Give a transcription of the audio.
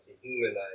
humanize